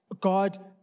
God